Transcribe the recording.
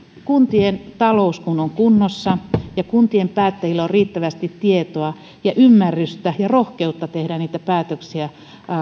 kuntien talous on kunnossa ja kuntien päättäjillä on riittävästi tietoa ymmärrystä ja rohkeutta tehdä niitä päätöksiä